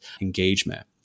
engagement